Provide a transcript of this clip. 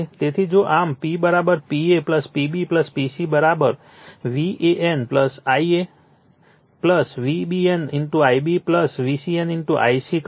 તેથી જો આમ p p a p b p c VAN Ia VBN Ib VCN i c કરો